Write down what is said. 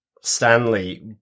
Stanley